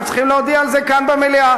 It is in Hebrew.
והם צריכים להודיע על זה כאן במליאה.